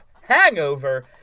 hangover